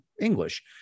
English